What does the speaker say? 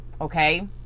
okay